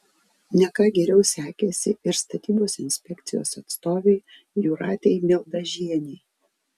ne ką geriau sekėsi ir statybos inspekcijos atstovei jūratei mieldažienei